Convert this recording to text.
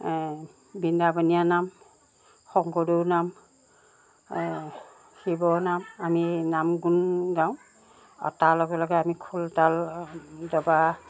বৃন্দাবনীয়া নাম শংকৰদেৱৰ নাম শিৱ নাম আমি নাম গুণ গাওঁ আৰু তাৰ লগে লগে আমি খোল তাল তাৰপৰা